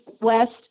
west